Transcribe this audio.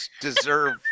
deserve